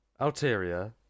Alteria